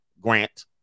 Grant